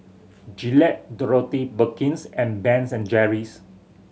Gillette Dorothy Perkins and Ben's and Jerry's